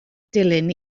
dilin